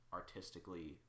artistically